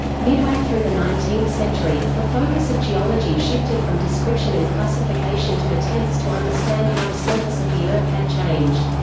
midway through the nineteenth century, the focus of geology shifted from description and classification to attempts to understand how the surface of the earth had changed.